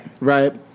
Right